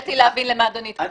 התקשיתי להבין למה אדוני התכוון.